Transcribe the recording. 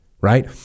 right